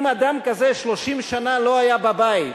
אם אדם כזה 30 שנה לא היה בבית,